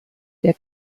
der